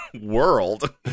world